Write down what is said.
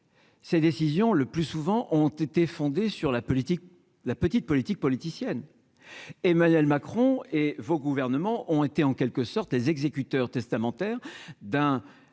ces décisions, le plus souvent, ont été fondés sur la politique, la petite politique politicienne, Emmanuel Macron et vos gouvernements ont été en quelque sorte les exécuteurs testamentaires d'un